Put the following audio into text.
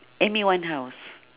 amy-winehouse